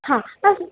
हा त